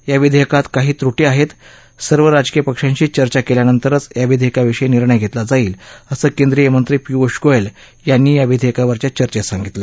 या विधेयकात काही त्रुटी आहेत सर्व राजकीय पक्षांशी चर्चा केल्यानंतरच या विधेयकाविषयी निर्णय घेतला जाईल असं केंद्रीय मंत्री पियुष गोयल यांनी या विधेयकावरच्या चर्चेत सांगितलं